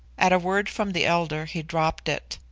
at a word from the elder he dropped it.